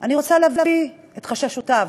אני רוצה להביא את חששותיו.